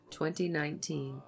2019